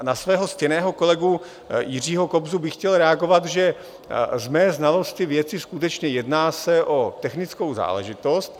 Na svého ctěného kolegu Jiřího Kobzu bych chtěl reagovat, že z mé znalosti věci skutečně jedná se o technickou záležitost.